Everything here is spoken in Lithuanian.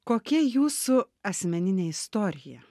kokia jūsų asmeninė istorija